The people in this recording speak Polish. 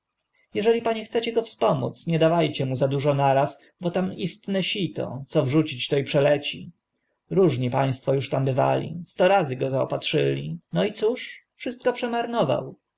jeżeli panie chcecie go wspomóc nie dawa cie mu dużo na raz bo tam istne sito co wrzucić to i przeleci różni państwo uż tu bywali sto razy go zaopatrzyli no i cóż wszystko